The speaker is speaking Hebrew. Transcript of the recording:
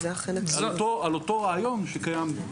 על אותו רעיון שקיים.